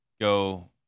go